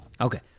Okay